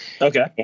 Okay